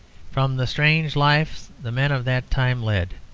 from the strange life the men of that time led,